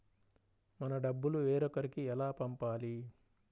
మన డబ్బులు వేరొకరికి ఎలా పంపాలి?